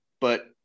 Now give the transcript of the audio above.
but-